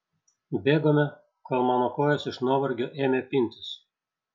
bėgome kol mano kojos iš nuovargio ėmė pintis